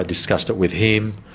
ah discussed it with him,